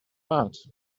out